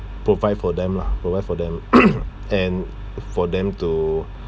provide for them lah provide for them and for them to